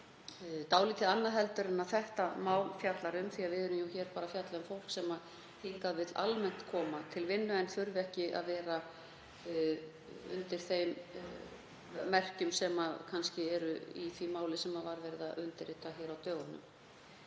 dálítið annað að ræða en það sem þetta mál fjallar um. Við erum hér að fjalla um fólk sem hingað vill almennt koma til vinnu, að það þurfi ekki að vera undir þeim merkjum sem kannski eru í því máli sem var verið að undirrita hér á dögunum